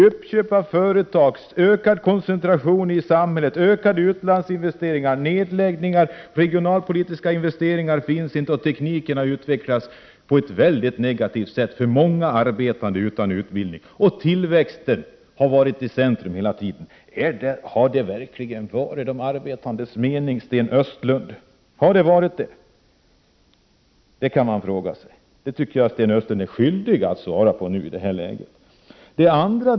Uppköp av företag har skett. Det har blivit en ökad koncentration i samhället och utlandsinvesteringarna har ökat. Nedläggningar sker. Regionalpolitiska investeringar förekommer inte. Tekniken har utvecklats på ett mycket negativt sätt för många arbetande utan utbildning. Dessutom har tillväxten varit i centrum hela tiden. Var det verkligen de arbetandes mening att det skulle bli så här, Sten Östlund? Jag tycker att Sten Östlund är skyldig att svara på den frågan i detta läge.